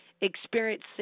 experience